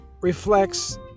reflects